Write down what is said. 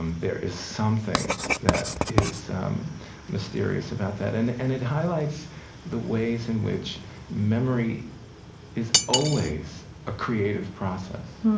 um there is something that is um mysterious about that. and it and it highlights the ways in which memory is always a creative process.